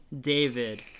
David